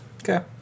Okay